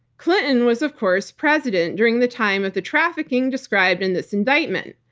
clinton was of course president during the time of the trafficking described in this indictment.